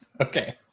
Okay